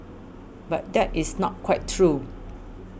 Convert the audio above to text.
but that is not quite true